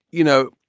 you know,